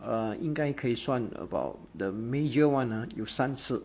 uh 应该可以算 about the major one uh about 三次